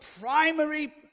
primary